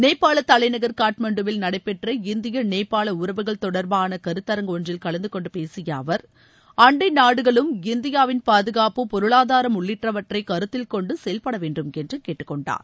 நேபாளதலைநகர் காட்மாண்டுவில் நடைபெற்ற இந்திய நேபாள உறவுகள் தொடர்பாளகருத்தரங்கு ஒன்றில் கலந்துகொண்டுபேசியஅவர் அண்டைநாடுகளும் இந்தியாவின் பாதுகாப்பு பொருளாதாரம் உள்ளிட்டவற்றைகருத்தில் கொண்டுசெயல்படவேண்டும் என்றுகேட்டுக்கொண்டார்